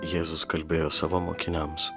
jėzus kalbėjo savo mokiniams